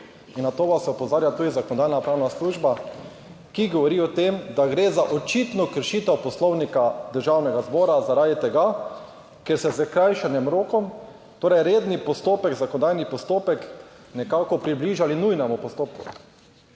In na to vas opozarja tudi Zakonodajno-pravna služba, ki govori o tem, da gre za očitno kršitev Poslovnika Državnega zbora zaradi tega, ker ste s skrajšanjem rokov torej redni postopek, zakonodajni postopek nekako približali nujnemu postopku.